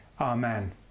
Amen